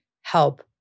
help